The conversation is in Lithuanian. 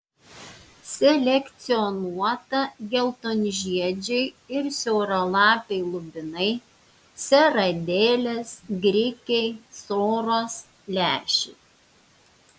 selekcionuota geltonžiedžiai ir siauralapiai lubinai seradėlės grikiai soros lęšiai